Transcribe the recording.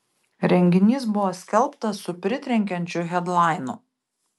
renginys buvo skelbtas su pritrenkiančiu hedlainu